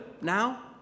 now